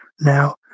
now